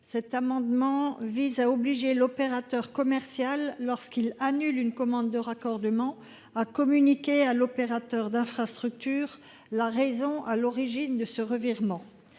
Cet amendement vise à obliger l'opérateur commercial, lorsqu'il annule une commande de raccordement, à communiquer à l'opérateur d'infrastructure la raison à l'origine de ce revirement.